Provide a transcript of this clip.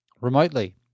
remotely